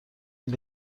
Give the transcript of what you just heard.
این